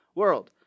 world